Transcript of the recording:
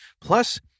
Plus